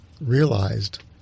realized